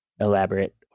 elaborate